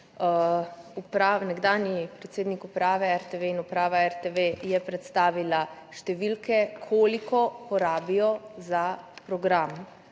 nekdanji predsednik uprave RTV in uprava RTV je predstavila številke, koliko porabijo za program